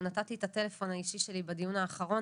גם נתתי את הטלפון האישי שלי בדיון האחרון